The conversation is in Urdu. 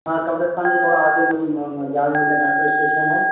ہاں قبرستان کے تھوڑا آگے جو جامعہ ملیہ میٹرو اسٹیشن ہے